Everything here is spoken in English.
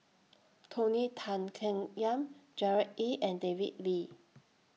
Tony Tan Keng Yam Gerard Ee and David Lee